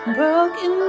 broken